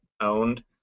owned